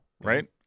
right